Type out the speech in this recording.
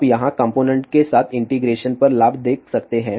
आप यहाँ कॉम्पोनेन्ट के साथ इंटीग्रेशन पर लाभ देख सकते हैं